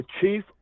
Chief